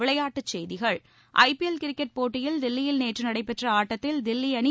விளையாட்டுச் செய்திகள் IPL cricket போட்டியில் தில்லியில் நேற்று நடைபெற்ற ஆட்டத்தில் தில்லி அணி